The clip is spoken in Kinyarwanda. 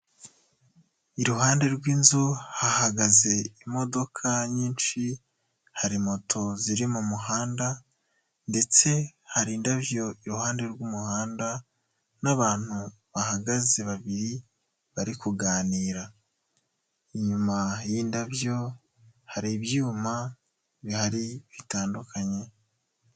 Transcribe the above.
Iruhande rw'inzu hahagaze imodoka nyinshi, hari moto ziri mu muhanda ndetse hari indabyo iruhande rw'umuhanda n'abantu bahagaze babiri bari kuganira, inyuma y'indabyo hari ibyuma bihari bitandukanye.